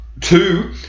Two